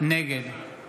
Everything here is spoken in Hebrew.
נגד